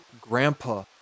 grandpa